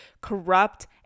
corrupt